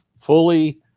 fully